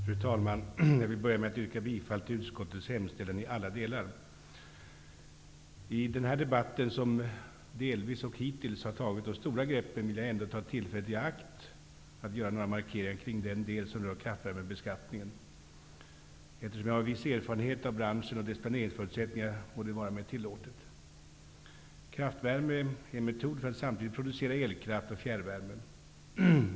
Fru talman! Jag vill börja med att yrka bifall till utskottets hemställan i alla delar. I denna debatt, som delvis och hittills har tagit de stora greppen, vill jag ändå ta tillfället i akt att göra en markering kring den del som rör kraftvärmebeskattningen. Eftersom jag har en viss erfarenhet av branschen och dess planeringsförutsättningar borde det vara mig tillåtet. Kraftvärme är en metod för att samproducera elkraft och fjärrvärme.